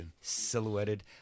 silhouetted